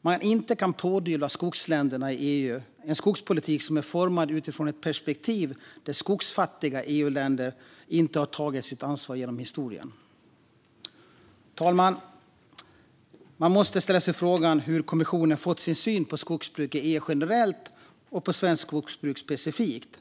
man inte kan pådyvla skogsländerna i EU en skogspolitik som är formad utifrån ett perspektiv där skogfattiga EU-länder inte har tagit sitt ansvar genom historien. Fru talman! Man måste ställa sig frågan om hur kommissionen fått sin syn på skogsbruk i EU generellt och svenskt skogsbruk specifikt.